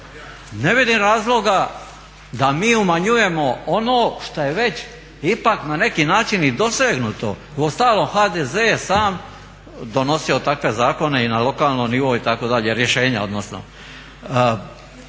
Ne vidim razloga da mi umanjujem ono što je već ipak na neki način i dosegnuto. U ostalom HDZ je sam donosio takve zakone i lokalnom nivou itd. rješenja odnosno.